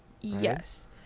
Yes